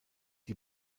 die